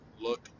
look